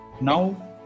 Now